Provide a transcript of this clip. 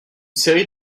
série